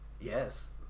Yes